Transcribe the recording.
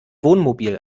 wohnmobil